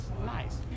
nice